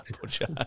Butcher